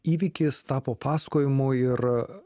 įvykis tapo pasakojimu ir